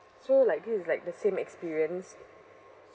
so like this is like the same experience